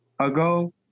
ago